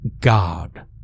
god